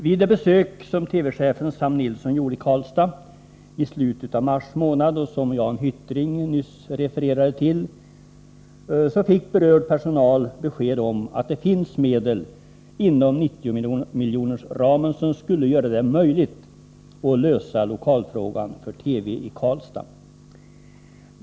Vid ett besök som TV-chefen Sam Nilsson gjorde i Karlstad i slutet av mars månad och som Jan Hyttring nyss refererade till fick berörd personal besked om att det inom 90-miljonersramen finns medel som skulle göra det möjligt att lösa lokalfrågan för TV i Karlstad.